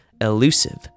elusive